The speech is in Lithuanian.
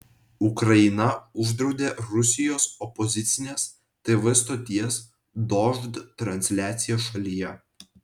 ukraina uždraudė rusijos opozicinės tv stoties dožd transliaciją šalyje